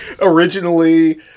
Originally